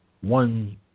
one